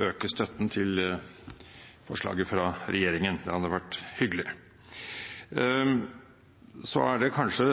øke støtten til forslaget fra regjeringen. Det hadde vært hyggelig. Den kanskje